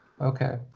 Okay